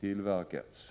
tillverkats.